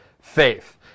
faith